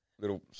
little